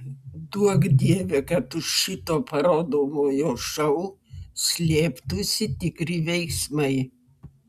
duok dieve kad už šito parodomojo šou slėptųsi tikri veiksmai